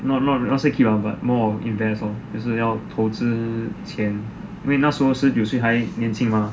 not not not say keep ah but more of invest lor 就是要投资钱因为那时十九岁还年轻嘛